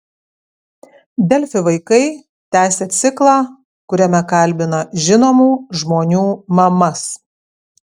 delfi vaikai tęsia ciklą kuriame kalbina žinomų žmonių mamas